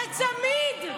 זה צמיד,